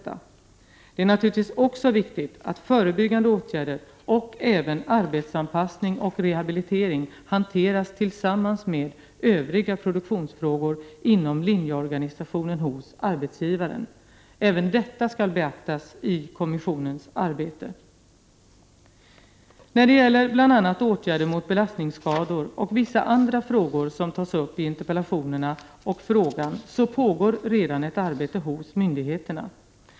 Det är 25 november 1988 naturligtvis också viktigt att förebyggande åtgärder samt även arbetsanpass = ning och rehabilitering hanteras tillsammans med övriga produktionsfrågor inom linjeorganisationen hos arbetsgivaren. Även detta skall beaktas i kommissionens arbete. När det gäller bl.a. åtgärder mot belastningsskador och vissa andra frågor som tas upp i interpellationerna och frågan så pågår redan ett arbete hos myndigheterna.